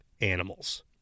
animals